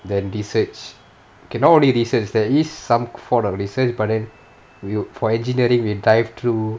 then research okay not only research there is some form of research but then we'll for engineering we dive through